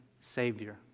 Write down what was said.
Savior